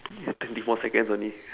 you have twenty four seconds only